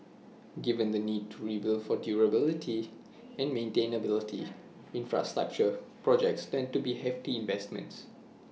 given the need to rebuild for durability and maintainability infrastructure projects tend to be hefty investments